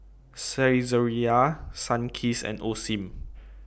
Saizeriya Sunkist and Osim